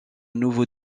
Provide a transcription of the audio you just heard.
nouveau